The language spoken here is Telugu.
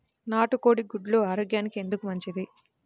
నాటు కోడి గుడ్లు ఆరోగ్యానికి ఎందుకు మంచిది?